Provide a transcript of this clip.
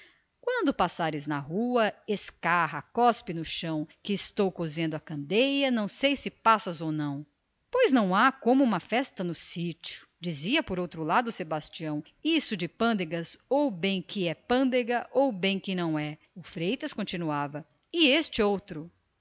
quando passares na nua escarra cospe no chão questou cosendo à candeia não sei se passas ou não pois não há como uma festa no sítio dizia sebastião por outro lado isto de pândegas ou bem que é pândega ou bem que não é o